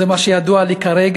זה מה שידוע לי כרגע.